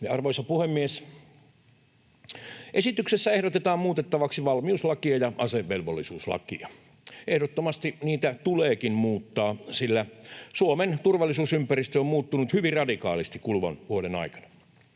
Arvoisa puhemies! Esityksessä ehdotetaan muutettavaksi valmiuslakia ja asevelvollisuuslakia. Ehdottomasti niitä tuleekin muuttaa, sillä Suomen turvallisuusympäristö on muuttunut hyvin radikaalisti kuluvan vuoden aikana.